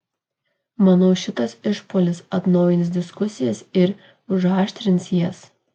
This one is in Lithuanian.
manau šitas išpuolis atnaujins diskusijas ir užaštrins jas